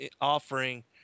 offering